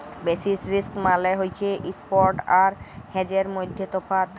basis risk মালে হছে spot আর হেজের মইধ্যে তফাৎ